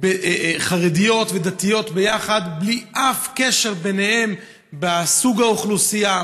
חרדיות ודתיות בלי שיהיה שום קשר ביניהן בסוג האוכלוסייה.